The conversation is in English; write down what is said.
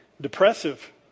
depressive